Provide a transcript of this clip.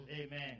Amen